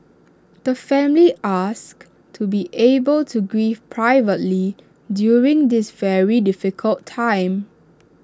the family asks to be able to grieve privately during this very difficult time